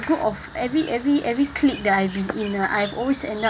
group of every every every clique that I've been in ah I've always end up